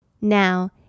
Now